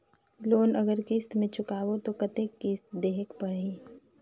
Loan अगर किस्त म चुकाबो तो कतेक किस्त देहेक पढ़ही?